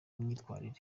myitwarire